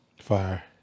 Fire